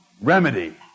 remedy